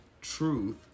truth